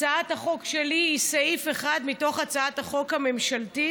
הצעת החוק שלי היא סעיף אחד מתוך הצעת החוק הממשלתית.